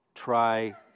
try